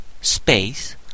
space